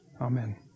Amen